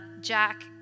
Jack